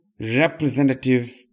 representative